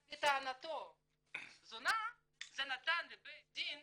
על פי טענתו, זונה, זה נתן לבית הדין